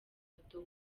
moto